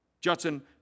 Judson